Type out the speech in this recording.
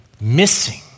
missing